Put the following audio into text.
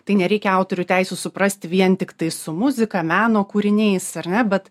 tai nereikia autorių teisių suprast vien tiktai su muzika meno kūriniais ar ne bet